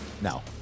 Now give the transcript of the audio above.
now